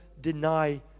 deny